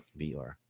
VR